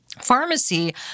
pharmacy